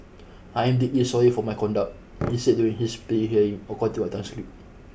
I am deeply sorry for my conduct he said during his plea hearing according to a transcript